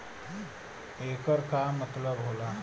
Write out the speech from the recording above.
येकर का मतलब होला?